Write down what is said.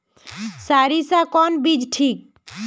सरीसा कौन बीज ठिक?